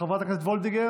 חברת הכנסת וולדיגר,